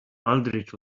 aldrich